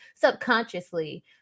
subconsciously